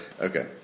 okay